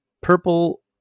Purple